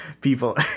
people